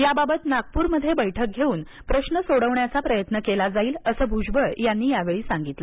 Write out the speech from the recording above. याबाबत नागपूर मध्ये बैठक घेऊन प्रश्न सोडविण्याचा प्रयत्न केला जाईल असं भुजबळ यांनी यावेळी सांगितलं